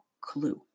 clue